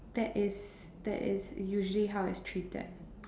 that is that is usually how it's treated